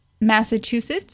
Massachusetts